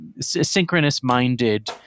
synchronous-minded